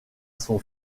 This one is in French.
son